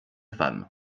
femme